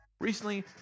Recently